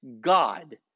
God